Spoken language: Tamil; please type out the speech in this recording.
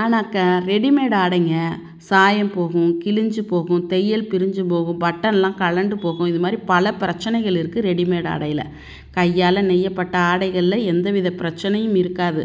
ஆனாக்க ரெடிமேட் ஆடைங்க சாயம் போகும் கிழிஞ்சி போகும் தைய்யல் பிரிஞ்சு போகும் பட்டன்லாம் கலண்டு போகும் இது மாதிரி பல பிரச்சினைகள் இருக்குது ரெடிமேட் ஆடையில் கையால் நெய்யப்பட்ட ஆடைகளில் எந்த வித பிரச்சினையும் இருக்காது